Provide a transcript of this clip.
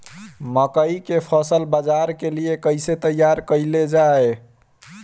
मकई के फसल बाजार के लिए कइसे तैयार कईले जाए?